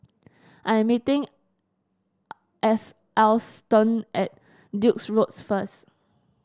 I am meeting As Alston at Duke's Road first